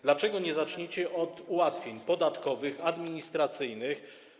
Dlaczego nie zaczniecie od ułatwień podatkowych, administracyjnych?